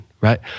right